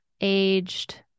aged